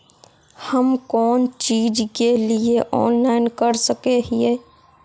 हम कोन चीज के लिए ऑनलाइन कर सके हिये?